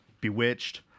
bewitched